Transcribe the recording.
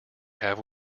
have